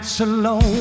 alone